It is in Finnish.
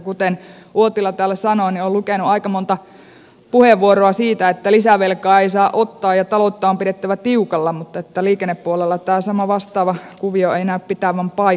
kuten uotila täällä sanoi niin olen lukenut aika monta puheenvuoroa siitä että lisävelkaa ei saa ottaa ja taloutta on pidettävä tiukalla mutta että liikennepuolella tämä vastaava kuvio ei näytä pitävän paikkaansa